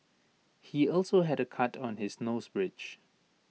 he also had A cut on his nose bridge